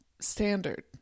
standard